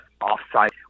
off-site